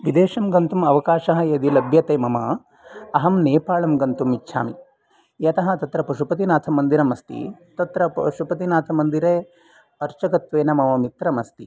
विदेशं गन्तुम् अवकाशः यदि लभ्यते मम अहं नेपालं गन्तुम् इच्छामि यतः तत्र पशुपतिनाथमन्दिरम् अस्ति तत्र पशुपतिनाथमन्दिरे अर्चकत्वेन मम मित्रम् अस्ति